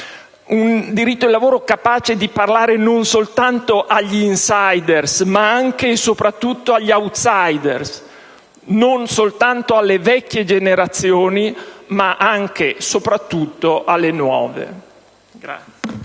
un diritto del lavoro capace di parlare non soltanto agli *insider*, ma anche e soprattutto agli *outsider*, non soltanto alle vecchie generazioni, ma anche e soprattutto alle nuove.